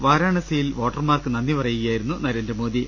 വാരാ ണസിയിൽ വോട്ടർമാർക്ക് നന്ദി പറയുകയായിരുന്നു നരേന്ദ്രമോദി